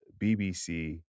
BBC